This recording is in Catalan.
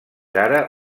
ara